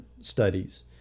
studies